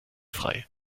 frei